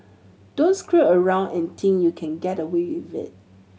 don't screw around and think you can get away with it